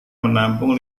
menampung